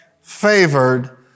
favored